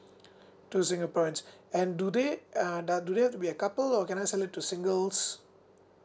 to singaporeans and do they uh that do they have to be a couple or can I sell it to singles